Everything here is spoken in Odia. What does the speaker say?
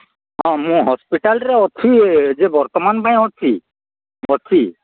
ହଁ ମୁଁ ହସ୍ପିଟାଲ୍ରେ ଅଛି ଯେ ବର୍ତ୍ତମାନ ପାଇଁ ଅଛି ଅଛି